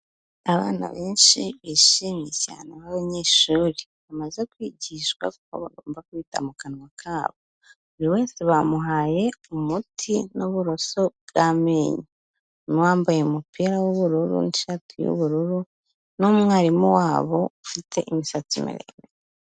Abana benshi bishimye cyane b'abanyeshuri, bamaze kwigishwa uko bagomba kwita mu kanwa kabo, buri wese bamuhaye umuti n'uburoso bw'amenyo, harimo uwambaye umupira w'ubururu n'ishati y'ubururu, n'umwarimu wabo ufite imisatsi miremire.